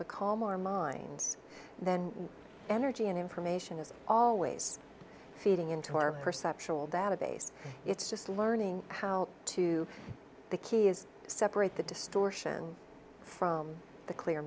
to calm our minds then energy and information is always feeding into our perceptual database it's just learning how to the key is separate the distortion from the clear